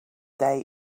day